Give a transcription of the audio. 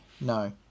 no